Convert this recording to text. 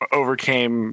overcame